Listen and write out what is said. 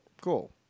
Cool